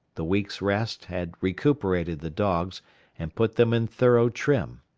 the week's rest had recuperated the dogs and put them in thorough trim.